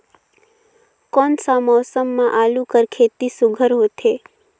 कोन सा मौसम म आलू कर खेती सुघ्घर होथे?